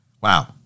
Wow